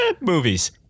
Movies